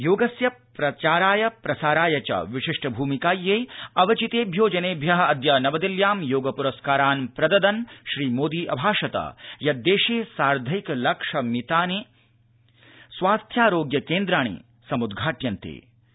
योगस्य प्रचाराय प्रसाराय च विशिष्ट भूमिकायै अवचितेभ्यो जनेभ्य अद्य नवदिल्ल्यां योग प्रस्कारान् प्रददन् श्रीमोदी अभाषत यत् देशे साधैंक लक्षमितानि स्वास्थ्यारोग्य केन्द्राणि समुद्घाट्यन्ते